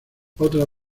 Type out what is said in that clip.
otras